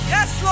Yes